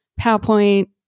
PowerPoint